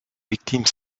victimes